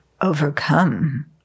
overcome